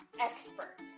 expert